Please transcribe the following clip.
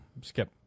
Skip